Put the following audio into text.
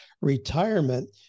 retirement